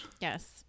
Yes